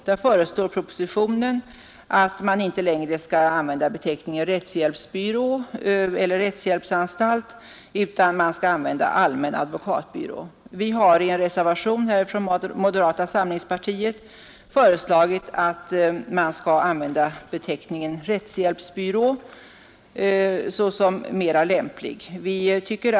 Där föreslår propositionen att man inte längre skall använda beteckningen rättshjälpsanstalt utan man skall använda beteckningen allmän advokatbyrå. Vi har i en reservation från moderata samlingspartiet föreslagit att man skall använda beteckningen rättshjälpsbyrå.